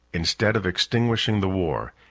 instead of extinguishing the war,